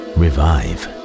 revive